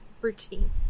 routine